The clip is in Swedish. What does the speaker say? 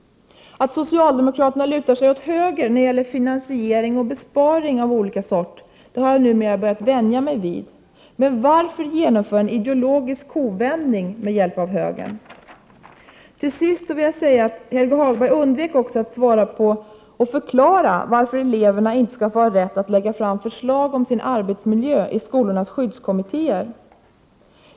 Att socialdemokraterna lutar sig åt höger i fråga om finansiering och besparingar av olika slag har jag nu börjat vänja mig vid, men varför genomför ni en ideologisk kovändning med hjälp av högern? Helge Hagberg undviker också att förklara varför eleverna inte skall ha rätt att lägga fram förslag om sin arbetsmiljö i skolornas skyddskommittéer.